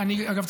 אגב,